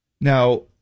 Now